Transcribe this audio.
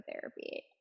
therapy